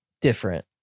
Different